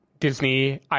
Disney